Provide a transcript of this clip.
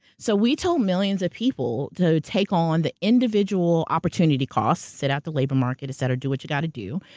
so we tell millions of people to take on the individual opportunity costs, set out the labor market, etc, do what you gotta do.